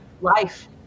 life